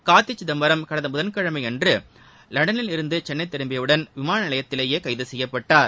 கார்த்தி சிதம்பரம் கடந்த புதன் கிழமையன்று லண்டனிலிருந்து சென்னை திரும்பியவுடன் விமான நிலையத்திலேயே கைது செய்யப்பட்டார்